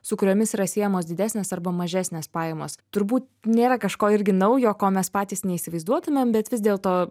su kuriomis yra siejamos didesnės arba mažesnės pajamos turbū nėra kažko irgi naujo ko mes patys neįsivaizduotumėm bet vis dėlto